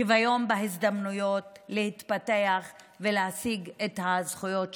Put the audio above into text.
שוויון הזדמנויות להתפתח ולהשיג את הזכויות שלנו.